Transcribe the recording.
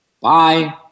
Bye